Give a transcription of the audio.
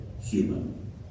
human